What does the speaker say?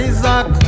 Isaac